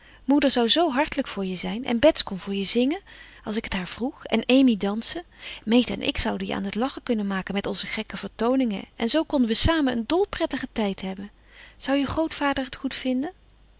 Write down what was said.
moeder zou zoo hartelijk voor je zijn en bets kon voor je zingen als ik het haar vroeg en amy dansen meta en ik zouden je aan t lachen kunnen maken met onze gekke vertooningen en zoo konden we samen een dolprettigen tijd hebben zou je grootvader het